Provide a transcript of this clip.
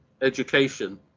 education